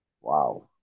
wow